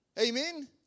Amen